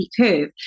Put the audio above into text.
curve